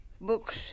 books